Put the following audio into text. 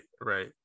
right